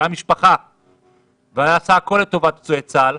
שהיה משפחה ועשה הכול לטובת פצועי צה"ל,